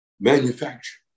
manufacture